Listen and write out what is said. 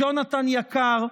ג'ונתן יקר,